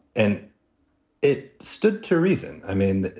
and it stood to reason. i mean,